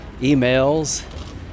emails